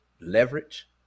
leverage